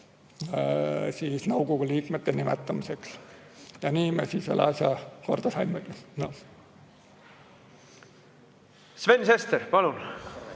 nõukogu liikmete nimetamiseks. Ja nii me selle asja korda saimegi. Sven Sester, palun!